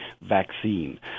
vaccine